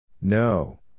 No